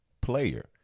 player